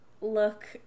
look